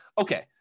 okay